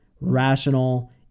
rational